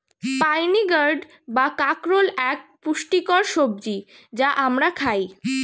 spiny gourd বা কাঁকরোল এক পুষ্টিকর সবজি যা আমরা খাই